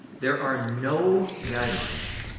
there are no guidelines,